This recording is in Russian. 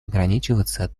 ограничиваться